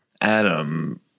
Adam